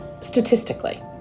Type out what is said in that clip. Statistically